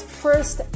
first